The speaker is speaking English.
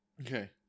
Okay